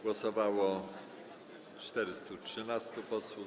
Głosowało 413 posłów.